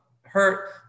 hurt